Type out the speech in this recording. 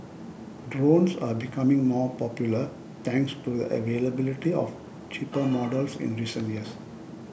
drones are becoming more popular thanks to the availability of cheaper models in recent years